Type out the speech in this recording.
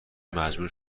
مجبور